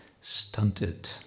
stunted